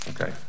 Okay